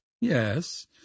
Yes